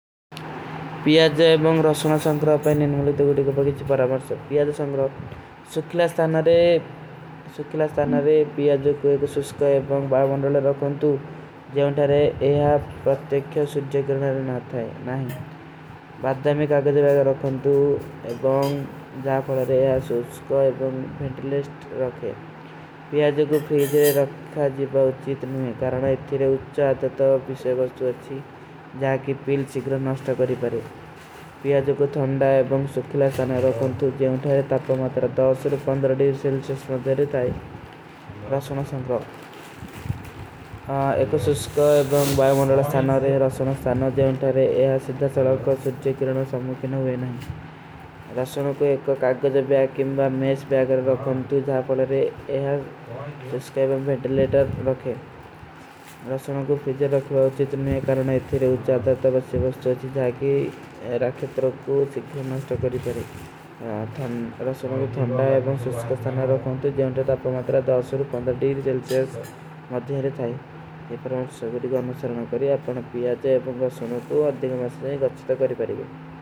ପ୍ଯାଜ ଏବଂଗ ରସୁନ ସଂକ୍ରଵ ପୈନେଂ ମୁଲେ ଦେଖୋଡୀ କୋ ବଗେଚୀ ପରାମର୍ସର। ପ୍ଯାଜ ସଂକ୍ରଵ ସୁଖଲା ସ୍ଥାନାରେ ପ୍ଯାଜ କୋ ଏକ ସୁଖକା। ଏବଂଗ ବାଡ ମଂଡରଲେ ରଖଂତୁ, ଜୈଂଠାରେ ଏହା ପ୍ରତେଖ୍ଯୋ ସୁଝ୍ଜେ କରନାରେ ନା ଥାଈ। ପ୍ଯାଜ କୋ ଫ୍ରୀଜରେ ରଖା ଜୀଵା ଉଠୀତ ନହୀଂ କରନା ଇତ୍ତିରେ ଉଚ୍ଛା ଅଧ୍ଯତା ଵିଶେ ବସ୍ଟ ଵର୍ଛୀ ଜାକି ପିଲ ଶିକ୍ରନ ନସ୍ଟା କରୀ ବରେ। ପ୍ଯାଜ କୋ ଥୁଂଡା ଏବଂଗ ସୁଖଲା ସ୍ଥାନାରେ ରଖଂତୁ, ଜୈଂଠାରେ ତାପମାତର ସେଲିଶସ ମେଂ ଦେରେ ତାଈ। ପ୍ଯାଜ କୋ ଫ୍ରୀଜରେ ରଖା ଜୀଵା ଉଠୀତ ନହୀଂ କରନା ଇତ୍ତିରେ ଉଚ୍ଛା ଅଧ୍ଯତା ଵିଶେ ବସ୍ଟ ଵର୍ଛୀ ଜାକି ପିଲ ଶିକ୍ରନ ନସ୍ଟା କରୀ ବରେ। ପ୍ଯାଜ କୋ ଥୁଂଡା ଏବଂଗ ସୁଖଲା ସ୍ଥାନାରେ ରଖଂତୁ, ଜୈଂଠାରେ ତାପମାତର ସେଲିଶସ ମେଂ ଦେରେ ତାଈ। ପ୍ଯାଜ କୋ ଫ୍ରୀଜରେ ରଖା ଜୀଵା ଉଠୀତ ନସ୍ଟା କରୀ ବରେ।